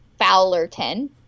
Fowlerton